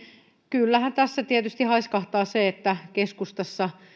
kyllähän tässä tietysti haiskahtaa se että keskustassa